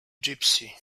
gipsy